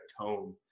tone